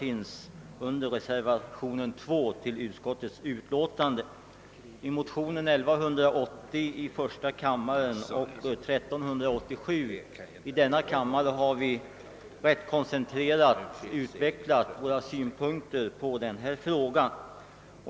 I motionerna 1: 1180 och II: 1387 har vi rätt koncentrerat utvecklat våra synpunkter på denna fråga.